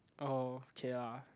oh okay lah